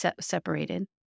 separated